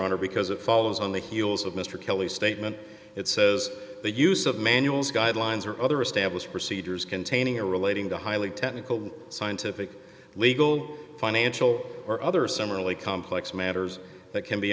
honor because it follows on the heels of mr kelly statement it says the use of manuals guidelines or other established procedures containing a relating to highly technical scientific legal financial or other similarly complex matters that can be